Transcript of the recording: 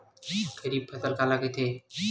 खरीफ फसल काला कहिथे?